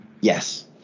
Yes